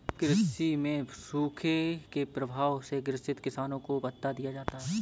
कृषि में सूखे के प्रभाव से ग्रसित किसानों को भत्ता दिया जाता है